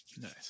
Nice